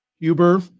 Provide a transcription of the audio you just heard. Huber